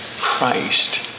Christ